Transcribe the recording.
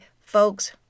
Folks